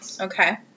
Okay